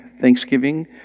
Thanksgiving